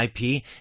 IP